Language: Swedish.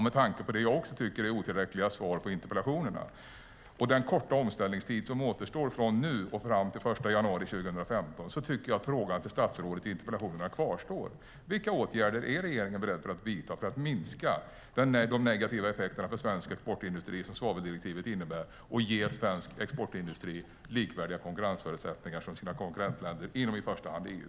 Med tanke på det otillräckliga svaret på interpellationerna och den korta omställningstid som återstår till den 1 januari 2015 kvarstår frågan till regeringen i interpellationerna: Vilka åtgärder är regeringen beredd att vidta för att minska de negativa effekterna för svensk exportindustri som svaveldirektivet innebär och ge svensk exportindustri likvärdiga konkurrensförutsättningar som konkurrentländerna inom i första hand EU?